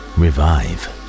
revive